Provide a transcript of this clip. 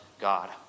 God